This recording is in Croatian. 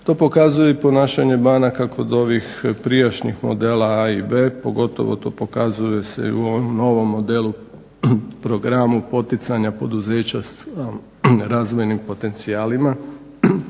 To pokazuje i ponašanje banaka kod ovih prijašnjih modela A i B, pogotovo to pokazuje se i u ovom novom modelu programu poticanja poduzeća sa razvojnim potencijalima.